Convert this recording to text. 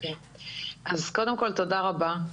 קודם כל, תודה רבה.